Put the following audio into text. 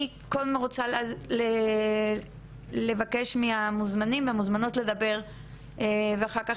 אני קודם כל רוצה לבקש מהמוזמנים והמוזמנות לדבר ואחר כך